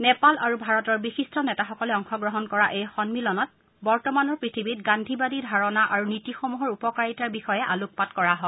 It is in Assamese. নেপাল আৰু ভাৰতৰ বিশিষ্ট নেতাসকলে অংশগ্ৰহণ কৰা এই সন্মিলনত বৰ্ওমানৰ পৃথিৱীৰ গাদ্ধীবাদী ধাৰণা আৰু নীতিসমূহৰ উপকাৰিতাৰ বিষয়ে আলোকপাত কৰা হয়